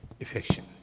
affection